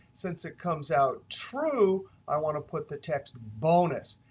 since it comes out true, i want to put the text bonus.